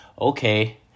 Okay